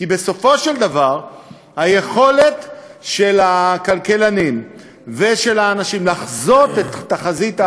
כי בסופו של דבר היכולת של הכלכלנים ושל האנשים לחזות את התחזית,